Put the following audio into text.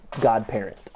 godparent